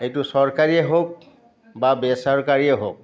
সেইটো চৰকাৰীয়ে হওক বা বে চৰকাৰীয়ে হওক